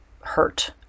hurt